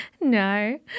No